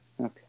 Okay